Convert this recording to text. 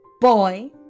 boy